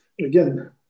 Again